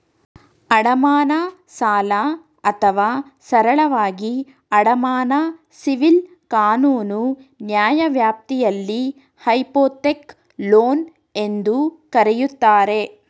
ಅಡಮಾನ ಸಾಲ ಅಥವಾ ಸರಳವಾಗಿ ಅಡಮಾನ ಸಿವಿಲ್ ಕಾನೂನು ನ್ಯಾಯವ್ಯಾಪ್ತಿಯಲ್ಲಿ ಹೈಪೋಥೆಕ್ ಲೋನ್ ಎಂದೂ ಕರೆಯುತ್ತಾರೆ